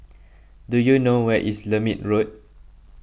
do you know where is Lermit Road